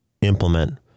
implement